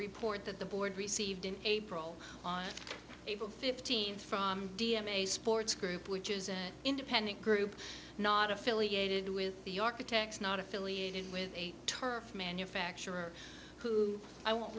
report that the board received in april on april fifteenth from d m a sports group which is an independent group not affiliated with the architects not affiliated with a turf manufacturer who i won't